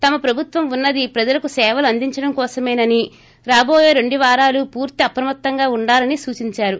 తమ ప్రభుత్వం ఉన్నది ప్రజలకు సేవలు అందించడం కోసమేనని రాబోయే రెండు వారాలు పూర్తి అప్రమత్తంగా ఉండాలని సూచించారు